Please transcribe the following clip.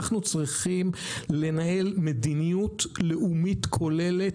אנחנו צריכים לנהל מדיניות לאומית כוללת,